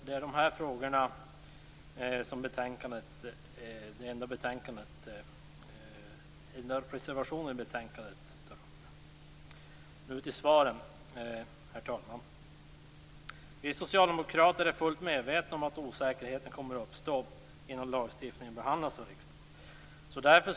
Det är dessa frågor som tas upp i den enda reservationen vid betänkandet. Nu till svaren, herr talman. Vi socialdemokrater är fullt medvetna om att osäkerhet kommer att uppstå innan lagstiftningen behandlats av riksdagen.